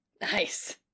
Nice